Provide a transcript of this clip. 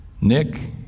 Nick